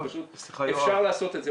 פשוט אפשר לעשות את זה.